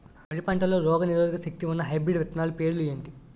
వరి పంటలో రోగనిరోదక శక్తి ఉన్న హైబ్రిడ్ విత్తనాలు పేర్లు ఏంటి?